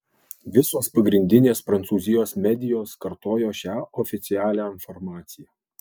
visos pagrindinės prancūzijos medijos kartojo šią oficialią informaciją